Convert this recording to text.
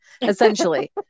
essentially